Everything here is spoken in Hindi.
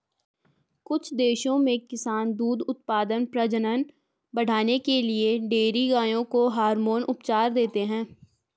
कुछ देशों में किसान दूध उत्पादन, प्रजनन बढ़ाने के लिए डेयरी गायों को हार्मोन उपचार देते हैं